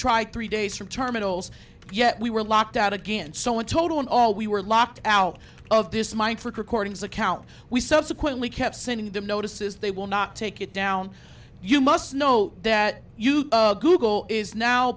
tried three days from terminals yet we were locked out again so in total and all we were locked out of this mine for chording is account we subsequently kept sending them notices they will not take it down you must know that you google is now